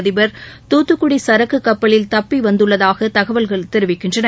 அதிபர் துத்துக்குடி சரக்குக் கப்பலில் தப்பி வந்துள்ளதாக தகவல்கள் தெரிவிக்கின்றன